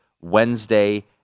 Wednesday